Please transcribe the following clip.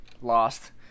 lost